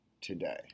today